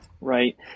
Right